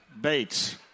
Bates